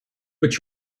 but